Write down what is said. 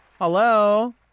Hello